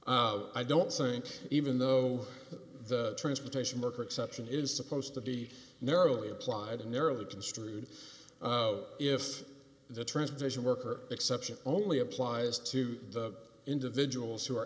i don't think even though the transportation workers exception is supposed to be narrowly applied and nearly construed if the transportation worker exception only applies to the individuals who are